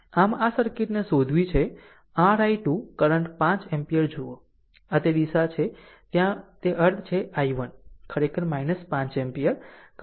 આમ આ સર્કિટને શોધવી છે r i2 કરંટ 5 એમ્પીયર જુઓ આ તે આ દિશા છે ત્યાં તે અર્થ છે i1 ખરેખર 5 એમ્પીયર